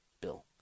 Bill